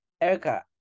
Erica